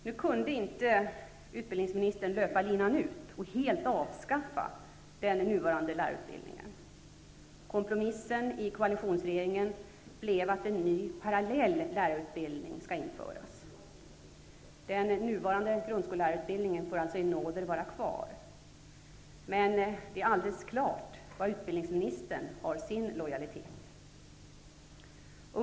Nu kunde inte utbildningsministern löpa linan ut och helt avskaffa den nuvarande lärarutbildningen. Kompromissen i koalitionsregeringen blev att en ny, parallell lärarutbildning skall införas. Den nuvarande grundskollärarutbildningen får i nåder vara kvar. Men det är alldeles klart var utbildningsministern har sin lojalitet.